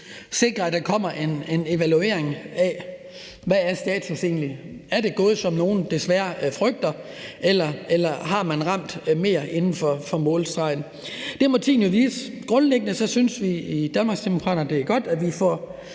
sikrer, at der kommer en evaluering af, hvad status egentlig er. Er det gået, som nogle desværre frygter? Eller har man ramt mere inden for målstregen? Det må tiden jo vise. Grundlæggende synes vi i Danmarksdemokraterne, at det er godt, at vi